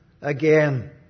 again